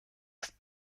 ist